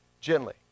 gently